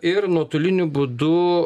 ir nuotoliniu būdu